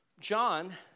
John